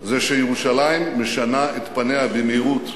זה שירושלים משנה את פניה במהירות.